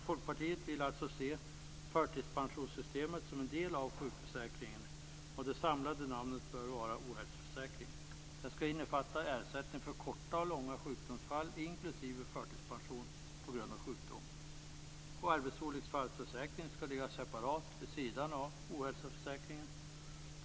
Folkpartiet vill alltså se förtidspensionssystemet som en del av sjukförsäkringen och det samlade namnet bör vara ohälsoförsäkring. Den skall innefatta ersättning för korta och långa sjukdomsfall inklusive förtidspension på grund av sjukdom. Arbetsolycksfallsförsäkringen skall ligga separat vid sidan av ohälsoförsäkringen.